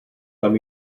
tam